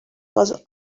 was